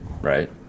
right